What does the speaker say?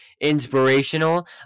inspirational